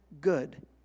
good